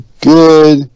good